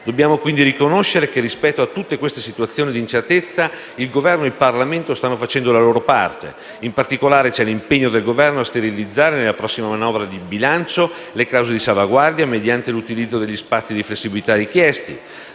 Dobbiamo quindi riconoscere che rispetto a tutte queste situazioni di incertezza il Governo e il Parlamento stanno facendo la loro parte. In particolare, c'è l'impegno del Governo a sterilizzare nella prossima manovra di bilancio le clausole di salvaguardia mediante l'utilizzo degli spazi di flessibilità richiesti.